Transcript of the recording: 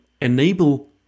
enable